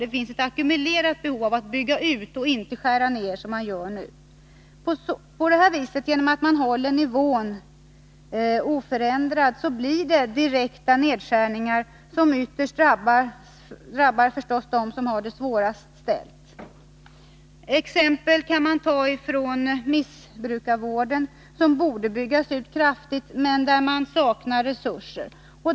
Det finns ett ackumulerat behov av att bygga ut och inte av att skära ned, som man gör nu. Genom att man på det här viset håller nivån oförändrad blir det direkta nedskärningar som förstås ytterst drabbar dem som har det svårast ställt. Exempel kan tas från missbrukarvården, som borde byggas ut kraftigt, men där resurser saknas.